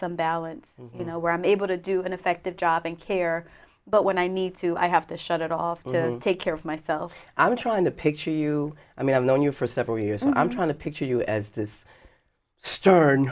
some balance you know where i'm able to do an effective job in care but when i need to i have to shut it all and take care of myself i'm trying to picture you i mean i've known you for several years and i'm trying to picture you as this st